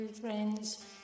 friends